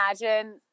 imagine